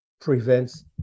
prevents